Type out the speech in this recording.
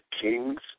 King's